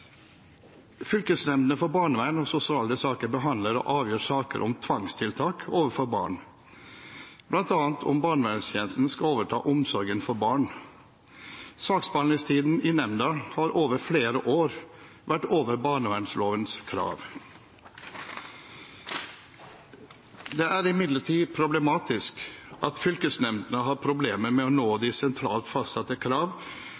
Fylkesnemndene for barnevern og sosiale saker behandler og avgjør saker om tvangstiltak overfor barn, bl.a. om barneverntjenesten skal overta omsorgen for barn. Saksbehandlingstiden i nemnda har over flere år vært over barnevernlovens krav. Det er imidlertid problematisk at fylkesnemndene har problemer med å nå de sentralt fastsatte krav